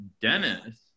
Dennis